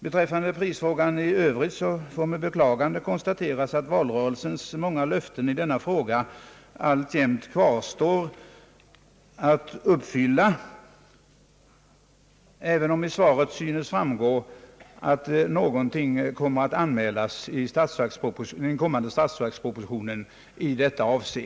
Beträffande prisfrågan i övrigt får med ett beklagande konstateras, att valrörelsens många löften i denna fråga alltjämt kvarstår att uppfylla, även om av svaret synes framgå att någonting kommer att anmälas i detta avseende i den kommande statsverkspropositionen.